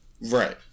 Right